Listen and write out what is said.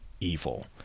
evil